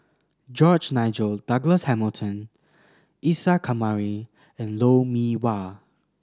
George Nigel Douglas Hamilton Isa Kamari and Lou Mee Wah